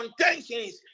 contentions